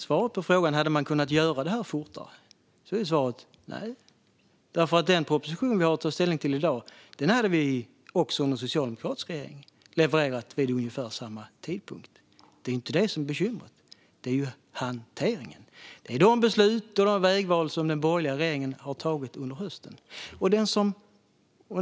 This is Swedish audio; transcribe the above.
Svaret på frågan om man hade kunnat göra detta fortare är nej. Den proposition som vi har att ta ställning till i dag skulle vi också med en socialdemokratisk regering ha levererat vid ungefär samma tidpunkt. Det är inte detta som är bekymret. Det är hanteringen. Det är de beslut och de vägval som den borgerliga regeringen har tagit under hösten.